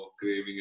craving